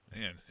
Man